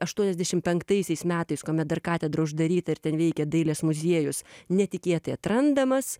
aštuoniasdešim penktaisiais metais kuomet dar katedra uždaryta ir ten veikė dailės muziejus netikėtai atrandamas